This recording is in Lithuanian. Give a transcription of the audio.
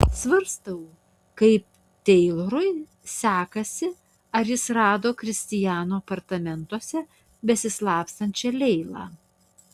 svarstau kaip teilorui sekasi ar jis rado kristiano apartamentuose besislapstančią leilą